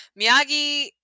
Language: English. miyagi